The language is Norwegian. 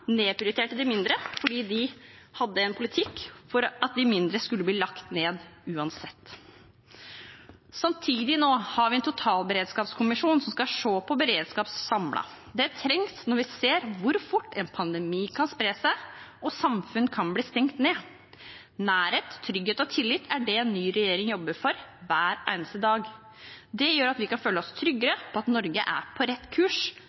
nedprioriterte de mindre fordi de hadde en politikk for at de mindre skulle bli lagt ned uansett. Samtidig har vi nå en totalberedskapskommisjon som skal se på beredskap samlet. Det trengs når vi ser hvor fort en pandemi kan spre seg, og samfunn kan bli stengt ned. Nærhet, trygghet og tillit er det den nye regjeringen jobber for hver eneste dag. Det gjør at vi kan føle oss tryggere på at Norge er på rett kurs,